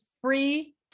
free